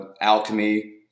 alchemy